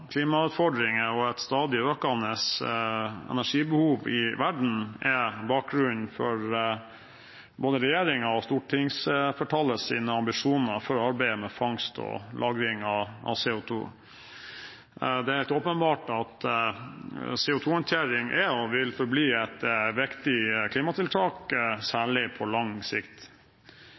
klimautfordringer og et stadig økende energibehov i verden er bakgrunnen for både regjeringens og stortingsflertallets ambisjoner for arbeidet med fangst og lagring av CO2. Det er helt åpenbart at CO2-håndtering er og vil forbli et viktig klimatiltak,